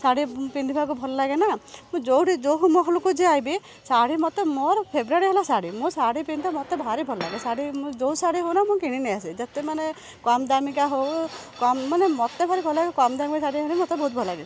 ଶାଢ଼ୀ ପିନ୍ଧିବାକୁ ଭଲଲାଗେ ନା ମୁଁ ଯୋଉଠି ଯୋଉ ମହଲକୁ ଯାଏ ବି ଶାଢ଼ୀ ମତେ ମୋର ଫେଭ୍ରେଟ୍ ହେଲା ଶାଢ଼ୀ ମୁଁ ଶାଢ଼ୀ ପିନ୍ଧେ ମୋତେ ଭାରି ଭଲଲାଗେ ଶାଢ଼ୀ ମୁଁ ଯୋଉ ଶାଢ଼ୀ ହେଉନା କିଣିକି ନେଇ ଆସେ ଯେତେ ମାନେ କମ ଦାମିକିଆ ହେଉ କମ ମାନେ ମୋତେ ଭାରି ଭଲଲାଗେ କମ ଦାମିକିଆ ଶାଢ଼ୀ ହେନେ ବି ମୋତେ ବହୁତ ଭଲଲାଗେ